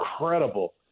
incredible